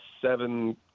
seven